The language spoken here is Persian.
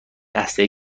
اسلحه